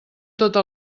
tota